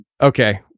Okay